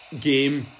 game